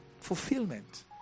Fulfillment